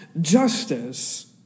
justice